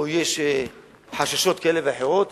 או יש חששות כאלה ואחרים,